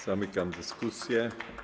Zamykam dyskusję.